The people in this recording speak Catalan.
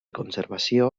conservació